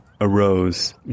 arose